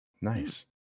Nice